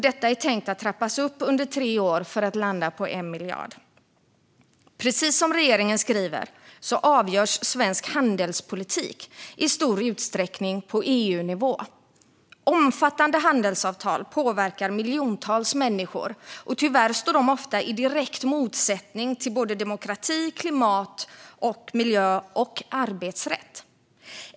Detta är tänkt att trappas upp under tre år för att landa på 1 miljard. Precis som regeringen skriver avgörs svensk handelspolitik i stor utsträckning på EU-nivå. Omfattande handelsavtal påverkar miljontals människor, och tyvärr står de ofta i direkt motsättning till demokrati, klimat, miljö och arbetsrätt.